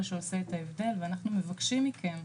מה שעושה את ההבדל ואנחנו מבקשים מכם,